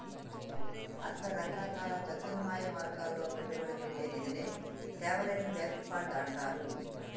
అసల రకరకాల ప్రత్యామ్నాయ మార్గాల్లో పెట్టుబడి పెట్టే నిదినే సావరిన్ వెల్త్ ఫండ్ అంటారు